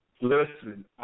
Listen